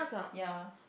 ya